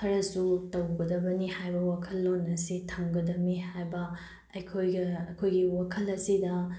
ꯈꯔꯁꯨ ꯇꯧꯒꯗꯕꯅꯤ ꯍꯥꯏꯕ ꯋꯥꯈꯜꯂꯣꯟ ꯑꯁꯤ ꯊꯝꯒꯗꯃꯤ ꯍꯥꯏꯕ ꯑꯩꯈꯣꯏꯒꯤ ꯋꯥꯈꯜ ꯑꯁꯤꯗ